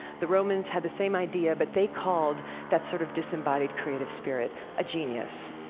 the romans had the same idea, but they called that sort of disembodied creative spirit a genius.